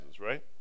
right